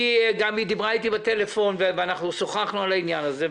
היא גם דיברה איתי בטלפון ושוחחנו על העניין הזה,